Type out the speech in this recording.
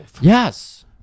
Yes